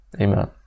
Amen